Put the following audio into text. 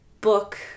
book